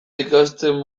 ikasten